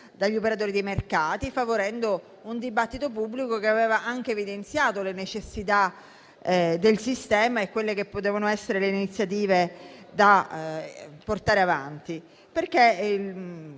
dagli operatori dei mercati, favorendo un dibattito pubblico che aveva anche evidenziato le necessità del sistema e le possibili iniziative da portare avanti.